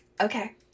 okay